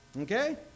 Okay